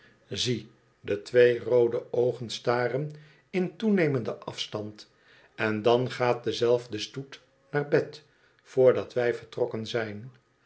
zie de twee roode oogen staren in toenemender afstand en dan gaat dezelfde stoet naar bed vrdat wij vertrokken zijn